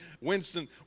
Winston